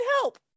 help